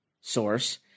source